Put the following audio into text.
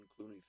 Clooney